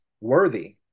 worthy